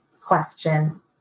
question